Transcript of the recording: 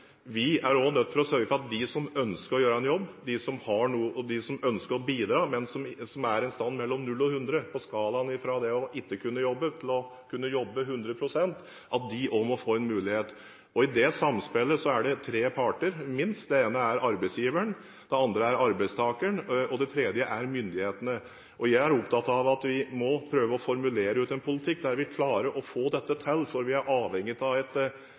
vi også er nødt til å sørge for at de som ønsker å gjøre en jobb, de som ønsker å bidra, men som er et sted mellom 0 og 100 på skalaen – fra ikke å kunne jobbe til å kunne jobbe 100 pst. – også må få en mulighet. I dette samspillet er det minst tre parter. Den ene er arbeidsgiveren, den andre er arbeidstakeren, og den tredje er myndighetene. Jeg er opptatt av at vi må prøve å formulere en politikk der vi klarer å få dette til. Vi er avhengige av et fruktbart trepartssamarbeid for å få det til, for vi er avhengige av